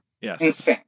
Yes